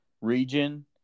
region